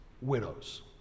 widows